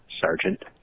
sergeant